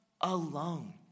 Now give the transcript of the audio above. alone